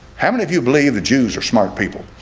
how many of you believe the jews are smart people